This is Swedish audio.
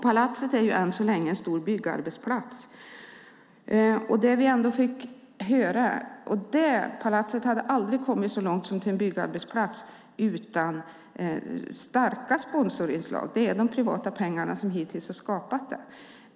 Palatset är än så länge en stor byggarbetsplats, och det hade aldrig kommit så långt utan starka sponsorinslag. Det är de privata pengarna som hittills har skapat det.